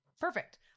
Perfect